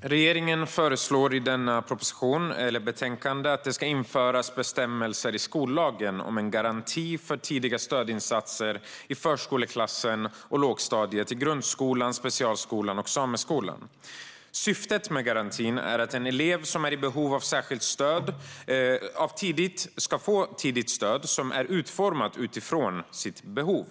Regeringen föreslår i denna proposition, som framgår av betänkandet, att det ska införas bestämmelser i skollagen om en garanti för tidiga stödinsatser i förskoleklassen och lågstadiet i grundskolan, specialskolan och sameskolan. Syftet med garantin är att en elev i behov av särskilt stöd tidigt ska få stöd utformat utifrån sitt behov.